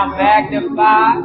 magnify